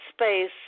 space